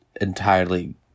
entirely